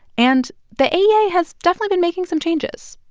and the aea has definitely been making some changes.